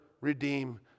redeem